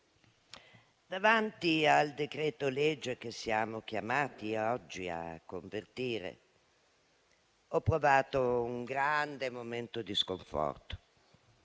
davanti al decreto-legge che siamo chiamati oggi a convertire ho provato un grande momento di sconforto.